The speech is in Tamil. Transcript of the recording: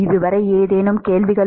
இதுவரை ஏதேனும் கேள்விகள்